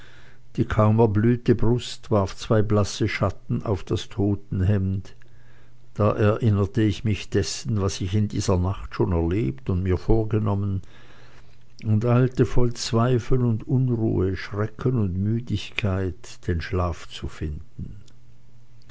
die kaum erblühte brust warf zwei blasse schatten auf das totenhemd da erinnerte ich mich dessen was ich in dieser nacht schon erlebt und mir vorgenommen und eilte voll zweifel und unruhe schrecken und müdigkeit den schlaf zu finden